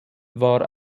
war